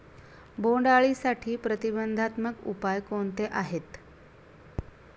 बोंडअळीसाठी प्रतिबंधात्मक उपाय कोणते आहेत?